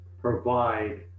provide